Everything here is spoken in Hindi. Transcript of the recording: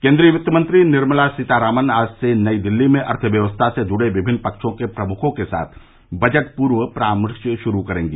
केन्द्रीय वित्त मंत्री निर्मला सीतारामन आज से नई दिल्ली में अर्थव्यवस्था से जुड़े विभिन्न पक्षों के प्रमुखों के साथ बजट पूर्व परामर्श शुरू करेंगी